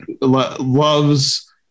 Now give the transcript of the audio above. Loves